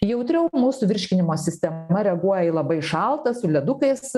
jautriau mūsų virškinimo sistema reaguoja į labai šaltą su ledukais